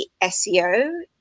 SEO